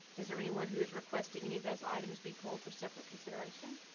is there anyone who is requesting any of those items be pulled for separate consideration?